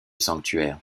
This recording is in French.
sanctuaire